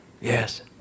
yes